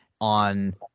On